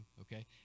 okay